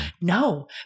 No